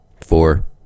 Four